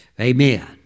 Amen